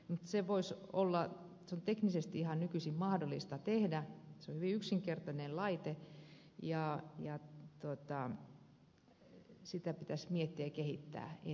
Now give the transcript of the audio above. mutta se on teknisesti nykyisin ihan mahdollista tehdä se on hyvin yksinkertainen laite ja sitä pitäisi miettiä ja kehittää eteenpäin